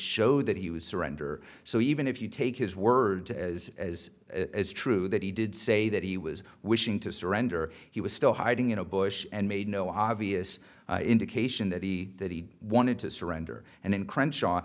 showed that he was surrender so even if you take his words as as as true that he did say that he was wishing to surrender he was still hiding in a bush and made no obvious indication that he that he wanted to surrender and in crenshaw